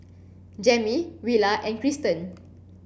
Jammie Willa and Cristen